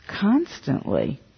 constantly